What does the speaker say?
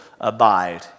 abide